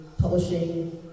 publishing